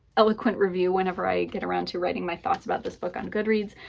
eloquent review whenever i get around to writing my thoughts about this book on goodreads.